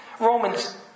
Romans